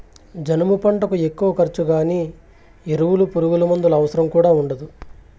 జనుము పంటకు ఎక్కువ ఖర్చు గానీ ఎరువులు పురుగుమందుల అవసరం కూడా ఉండదు